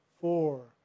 four